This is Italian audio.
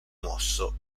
mosso